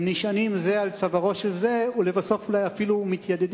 הם נשענים זה על צווארו של זה ובסוף אולי אפילו מתיידדים,